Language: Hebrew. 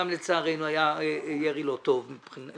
ולצערנו גם היה ירי לא טוב מבחינתנו,